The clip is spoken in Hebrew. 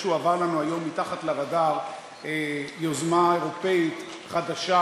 איכשהו עברה לנו היום מתחת לרדאר יוזמה אירופית חדשה,